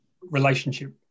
relationship